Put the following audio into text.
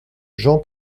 jean